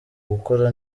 gukora